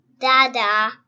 Dada